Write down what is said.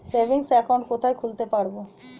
Savings account কোথায় খুলতে পারব?